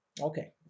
Okay